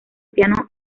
piano